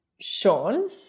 Sean